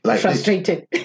frustrated